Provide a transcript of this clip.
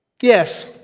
Yes